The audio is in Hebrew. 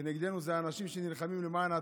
כנגדנו, אלה אנשים שנלחמים למען העצמאים: